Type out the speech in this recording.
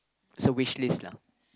so wish list lah